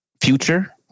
future